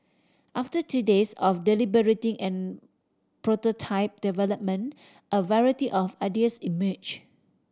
after two days of deliberating and prototype development a variety of ideas emerge